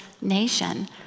nation